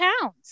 pounds